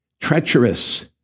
treacherous